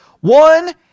One